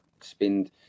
spend